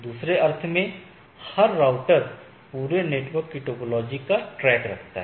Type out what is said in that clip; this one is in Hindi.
दूसरे अर्थ में हर राउटर पूरे नेटवर्क की टोपोलॉजी का ट्रैक रखता है